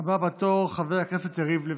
הבא בתור, חבר הכנסת יריב לוין.